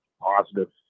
positive